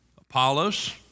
apollos